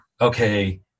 okay